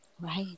Right